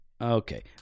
Okay